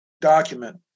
document